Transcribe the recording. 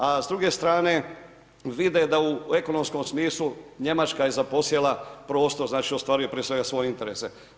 A s druge strane vide da u ekonomskom smislu Njemačka je zaposjela prostor, znači ostvaruje prije svega svoje interese.